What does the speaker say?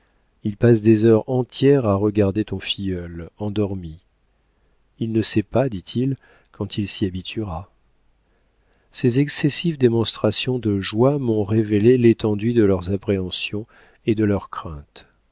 il passe des heures entières à regarder ton filleul endormi il ne sait pas dit-il quand il s'y habituera ces excessives démonstrations de joie m'ont révélé l'étendue de leurs appréhensions et de leurs craintes